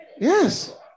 Yes